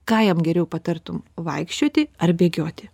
ką jam geriau patartum vaikščioti ar bėgioti